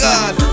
God